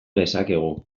dezakegu